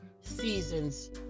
seasons